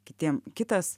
kitiem kitas